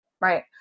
right